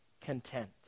content